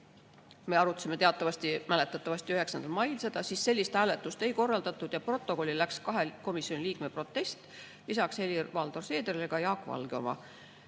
me arutasime seda mäletatavasti 9. mail –, siis sellist hääletust ei korraldatud ja protokolli läks kahe komisjoni liikme protest, lisaks Helir-Valdor Seederile ka Jaak Valge oma.